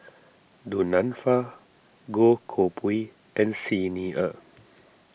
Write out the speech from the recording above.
Du Nanfa Goh Koh Pui and Xi Ni Er